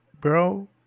bro